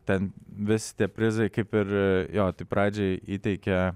ten vis tie prizai kaip ir jo tai pradžiai įteikia